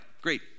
great